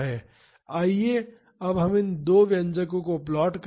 आइए अब हम इन दो व्यंजकों को प्लॉट करें